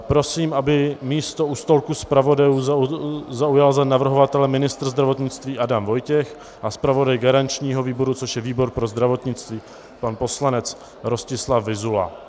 Prosím, aby místo u stolku zpravodajů zaujal za navrhovatele ministr zdravotnictví Adam Vojtěch a zpravodaj garančního výboru, což je výbor pro zdravotnictví, pan poslanec Rostislav Vyzula.